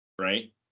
right